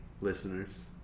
listeners